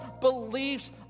beliefs